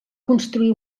construir